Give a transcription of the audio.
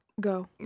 Go